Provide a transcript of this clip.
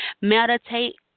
Meditate